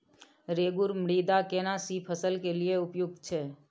रेगुर मृदा केना सी फसल के लिये उपयुक्त छै?